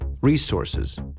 resources